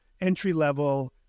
entry-level